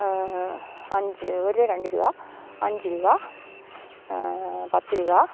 അഞ്ച് ഒരു രൂപ രണ്ട് രൂപ അഞ്ച് രൂപ പത്ത് രൂപ